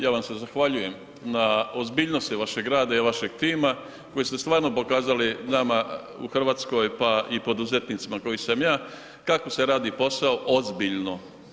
Ja vam se zahvaljujem na ozbiljnosti vaše grada i vašem tima koji ste stvarno pokazali nama u Hrvatskoj pa i poduzetnicima koji sam ja, kako se radi posao ozbiljno.